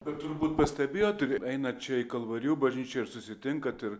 bet turbūt pastebėjot ir einat čia į kalvarijų bažnyčią ir susitinkat ir